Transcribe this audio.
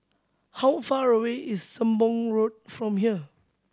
how far away is Sembong Road from here